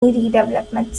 redevelopment